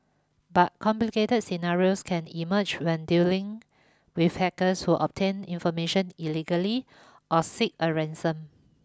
but complicated scenarios can emerge when dealing with hackers who obtain information illegally or seek a ransom